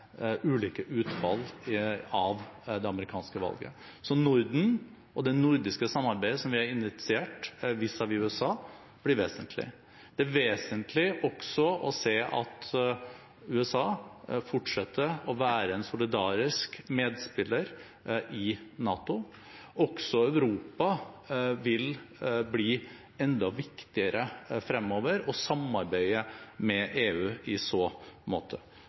ulike utfall av det amerikanske valget. Norden og det nordiske samarbeidet, som vi har initiert vis-à-vis USA, blir vesentlig. Det er også vesentlig å se at USA fortsetter å være en solidarisk medspiller i NATO, og Europa vil bli enda viktigere fremover og samarbeidet med EU i så måte.